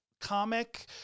comic